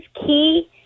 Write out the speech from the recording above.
key